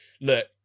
look